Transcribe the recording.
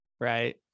Right